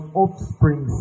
offspring